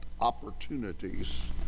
opportunities